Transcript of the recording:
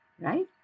right